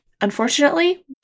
unfortunately